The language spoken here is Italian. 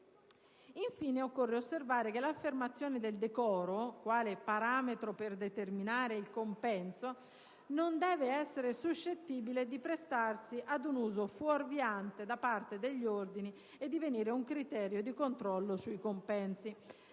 Infine, occorre osservare che l'affermazione del decoro quale parametro per determinare il compenso non deve essere suscettibile di prestarsi ad un uso fuorviante da parte degli ordini e divenire un criterio di controllo sui compensi.